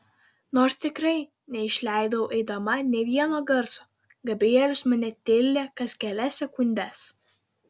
nors tikrai neišleidau eidama nė vieno garso gabrielius mane tildė kas kelias sekundes